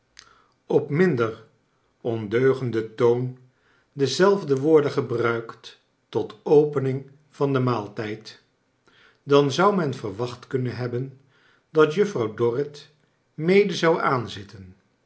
op minder ondeugenden toon dezelfde woorden gebruikt tot opening van den maaltijd dan zou men verwacht kunnen hebben dat juffrouw dorrit mede zou aanzitten